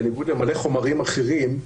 בניגוד להרבה חומרים אחרים,